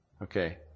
Okay